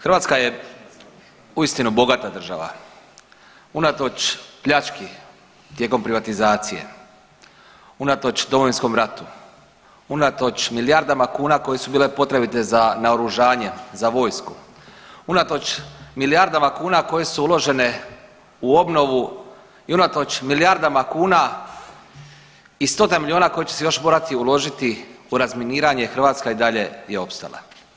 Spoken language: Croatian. Hrvatska je uistinu bogata država, unatoč pljački tijekom privatizacije, unatoč Domovinskom ratu, unatoč milijardama kuna koje su bile potrebite za naoružanje za vojsku, unatoč milijardama kuna koje su uložene u obnovu i unatoč milijardama kuna i stotinama milijuna koje će se još morati uložiti u razminiranje, Hrvatska i dalje je opstala.